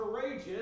courageous